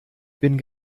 bin